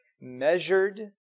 measured